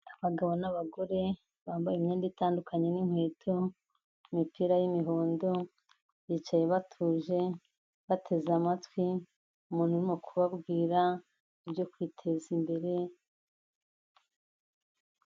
Abagabo n'abagore, bambaye imyenda itandukanye n'inkweto, imipira y'imihondo, bicaye batuje, bateze amatwi umuntu urimo kubwira ibyo kwiteza imbere.